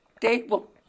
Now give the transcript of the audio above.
table